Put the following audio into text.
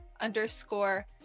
underscore